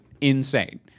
Insane